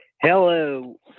Hello